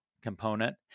component